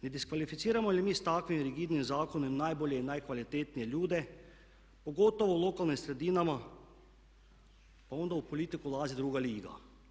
Ne diskvalificiramo li mi sa takvim rigidnim zakonom najbolje i najkvalitetnije ljude pogotovo u lokalnim sredinama pa onda u politiku ulazi druga liga.